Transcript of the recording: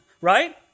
right